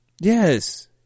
yes